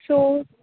so